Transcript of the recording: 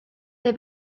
they